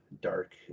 dark